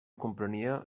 comprenia